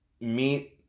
meet